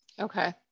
Okay